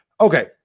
okay